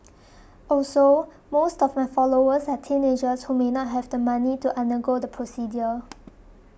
also most of my followers are teenagers who may not have the money to undergo the procedure